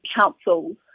councils